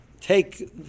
take